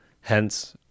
hence